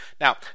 Now